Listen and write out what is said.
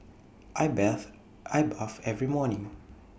I bathe I every morning